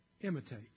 Imitate